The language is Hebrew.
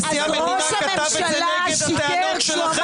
נשיא המדינה כתב את זה נגד הטענות שלכם,